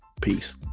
Peace